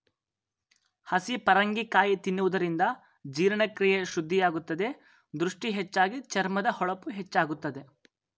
ಹಸಿ ಪರಂಗಿ ಕಾಯಿ ತಿನ್ನುವುದರಿಂದ ಜೀರ್ಣಕ್ರಿಯೆ ಶುದ್ಧಿಯಾಗುತ್ತದೆ, ದೃಷ್ಟಿ ಹೆಚ್ಚಾಗಿ, ಚರ್ಮದ ಹೊಳಪು ಹೆಚ್ಚಾಗುತ್ತದೆ